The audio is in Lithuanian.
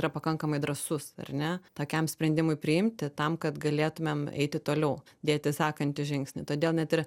yra pakankamai drąsus ar ne tokiam sprendimui priimti tam kad galėtumėm eiti toliau dėti sekantį žingsnį todėl net ir